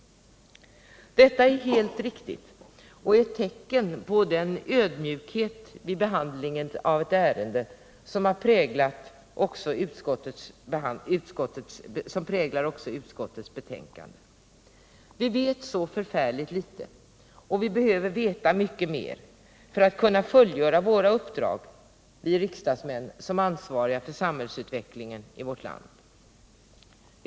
Detta är helt följdriktigt och ett tecken på den ödmjukhet vid behandlingen av ett nytt ärende som präglar också utskottsbetänkandet. Vi riksdagsledamöter vet så förfärligt litet, och vi behöver veta mycket mer för att kunna fullgöra våra uppdrag såsom ansvariga för samhällsutvecklingen i vårt land.